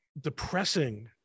depressing